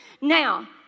Now